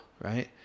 right